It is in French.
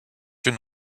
une